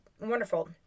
wonderful